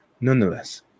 nonetheless